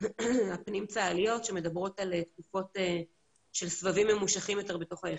הפנים צה"ליות שמדברות על תקופות של סבבים ממושכים יותר בתוך היחידות.